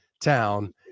town